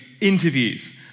interviews